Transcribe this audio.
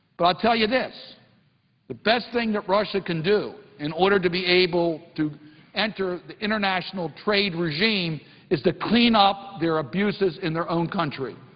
but i tell you this the best thing that russia can do in order to be able to enter the international trade regime is to clean up their abuses in their own country,